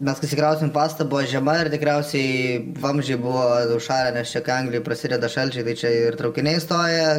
mes nusikraustėm pastatą buvo žema ir tikriausiai vamzdžiai buvo nušalę nes čia kai anglijoj prasideda šalčiai tai čia ir traukiniai stoja